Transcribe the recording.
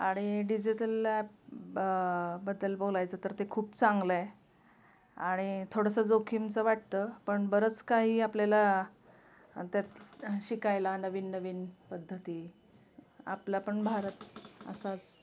आणि digital app बद्दल बोलायचं तर ते खूप चांगलं आहे आणि थोडंसं जोखीमचं वाटतं पण बरंच काही आपल्याला त्यात शिकायला नवीन नवीन पद्धती आपला पण भारत असाच